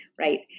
right